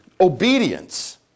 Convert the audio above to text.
obedience